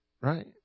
right